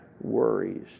worries